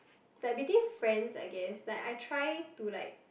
like between friends I guess like I try to like